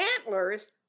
Antlers